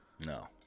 No